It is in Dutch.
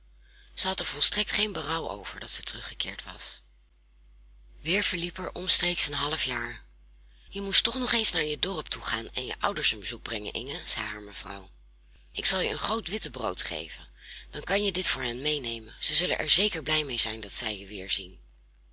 zij had er volstrekt geen berouw over dat zij teruggekeerd was weer verliep er omstreeks een half jaar je moest toch nog eens naar je dorp toe gaan en je ouders een bezoek brengen inge zei haar mevrouw ik zal je een groot wittebrood geven dan kan je dit voor hen meenemen zij zullen er zeker blij mee zijn dat zij je